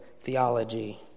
theology